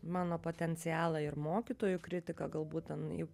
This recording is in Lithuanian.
mano potencialą ir mokytojų kritika galbūt ten į